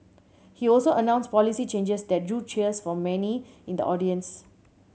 he also announced policy changes that drew cheers from many in the audience